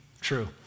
true